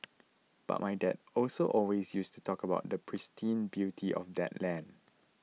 but my dad also always used to talk about the pristine beauty of that land